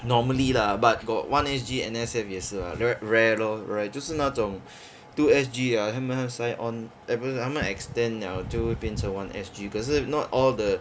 normally lah but got one S_G N_S_F 也是 ah rare lor rare 就是那种 two S_G ah 他们要 sign on eh 不是他们要 extend liao 就会变成 one S_G 可是 not all the